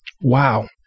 Wow